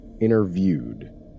Interviewed